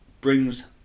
Brings